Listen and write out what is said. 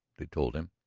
they told him.